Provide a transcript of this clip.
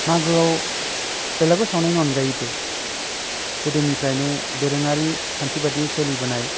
मागोआव बेलागुर सावनायनि अनगायैबो गोदोनिफ्रायनो दोरोङारि खान्थि बादियै सोलिबोनाय